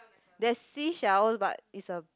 there's seashells but it's a